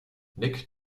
nick